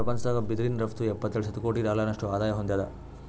ಪ್ರಪಂಚದಾಗ್ ಬಿದಿರಿನ್ ರಫ್ತು ಎಪ್ಪತ್ತೆರಡು ಶತಕೋಟಿ ಡಾಲರ್ನಷ್ಟು ಆದಾಯ್ ಹೊಂದ್ಯಾದ್